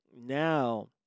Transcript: now